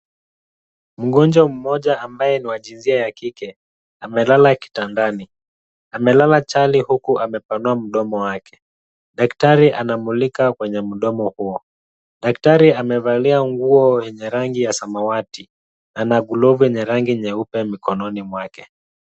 Mgonjwa mmoja ambaye ni wa jinsia ya kike amelala kitandani. Amelala chali huku amepanua mdomo wake. Daktari anamulika kwenye mdomo huo. Daktari amevalia nguo yenye rangi ya samawati. Ana glovu yenye rangi nyeupe mikononi mwake.